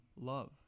love